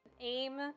aim